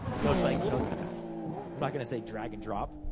so, it's like. you know i'm not gonna say drag and drop,